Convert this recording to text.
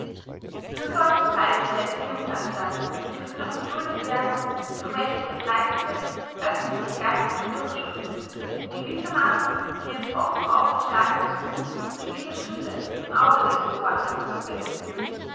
nur solche weibliche erziehungsanstalten dürften noch geduldet werden durch welche der freiste öffentliche geist hindurchströmt die gewissermaßen wie ein offen aufgeschlagnes buch zu jeder stunde dem auge des beobachters zugänglich sind